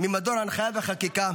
ממדור הנחיה וחקיקה,